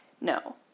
No